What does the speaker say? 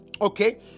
okay